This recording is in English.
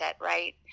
right